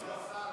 השר,